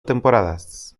temporadas